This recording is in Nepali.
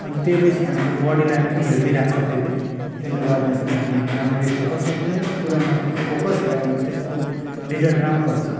अन्त त्यो पिछे हाम्रो बडीलाई पनि हेल्दी राख्छ त्यसले त्यसले गर्दा चाहिँ हामीले रामरी फोकस कुनै कुरामा चाहिँ फोकस गर्यो भने त्यसको रिजल्ट राम्रो आउँछ